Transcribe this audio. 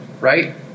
Right